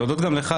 להודות גם לך,